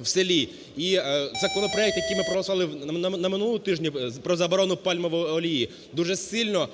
в селі. І законопроект, який ми проголосували на минулому тижні, про заборону пальмової олії дуже сильно